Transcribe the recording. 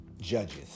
judges